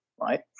right